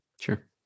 Sure